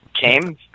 came